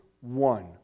one